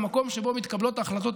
המקום שבו מתקבלות ההחלטות,